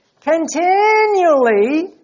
continually